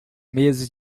meses